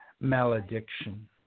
malediction